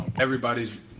everybody's